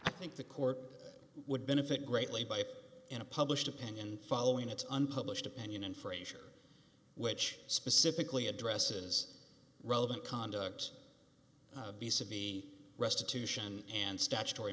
i think the court would benefit greatly by it in a published opinion following its unpublished opinion and fraizer which specifically addresses relevant conduct bisa be restitution and statutory